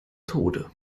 tode